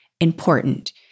important